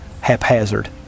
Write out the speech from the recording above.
haphazard